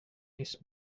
nyss